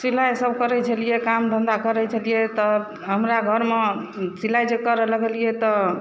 सिलाइ सब करै छलियै काम धंधा करै छलियै तऽ हमरा घर मे सिलाइ जे करऽ लगलियै तऽ